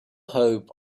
hope